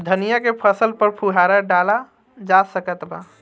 धनिया के फसल पर फुहारा डाला जा सकत बा?